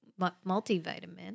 multivitamin